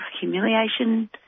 humiliation